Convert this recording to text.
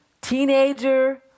teenager